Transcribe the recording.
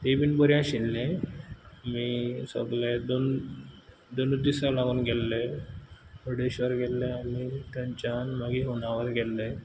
ती बीन बरी आशिल्ली आमी सगले दोन दोनूत दिसा लागोन गेल्ले मुर्डेश्वर गेल्ले आनी थंयच्यान मागीर होन्नावर गेल्ले